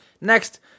Next